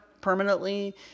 permanently